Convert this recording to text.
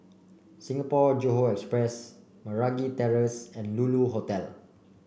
Singapore Johore Express Meragi Terrace and Lulu Hotel